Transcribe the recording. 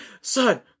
son